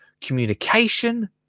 communication